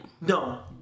No